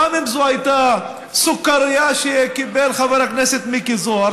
גם אם זאת הייתה סוכרייה שקיבל חבר הכנסת מיקי זוהר,